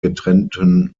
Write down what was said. getrennten